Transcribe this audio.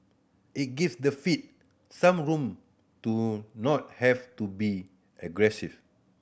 it give the Fed some room to not have to be aggressive